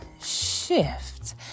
shift